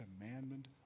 commandment